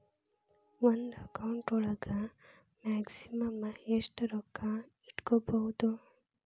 ಒಂದು ಅಕೌಂಟ್ ಒಳಗ ಮ್ಯಾಕ್ಸಿಮಮ್ ಎಷ್ಟು ರೊಕ್ಕ ಇಟ್ಕೋಬಹುದು?